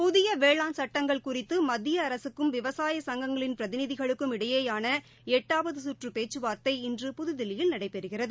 புதிய வேளாண் சட்டங்கள் குறிதது மத்திய அரசுக்கும விவசாய சங்கங்களின் பிரதிநிதிகளுக்கும் இடையேயான எட்டாவது கற்று பேச்சுவார்த்தை இன்று புதுதில்லியில் நடைபெறுகிறது